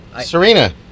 Serena